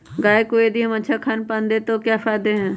गाय को यदि हम अच्छा खानपान दें तो क्या फायदे हैं?